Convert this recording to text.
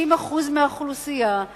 30% מהאוכלוסייה.